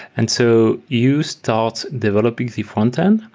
and so you start developing the frontend.